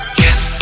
yes